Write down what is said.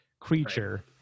creature